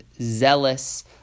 zealous